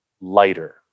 lighter